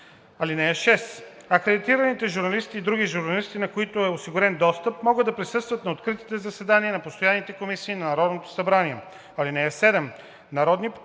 (6) Акредитираните журналисти и други журналисти, на които е осигурен достъп, могат да присъстват на откритите заседания на постоянните комисии на Народното събрание. (7) Народните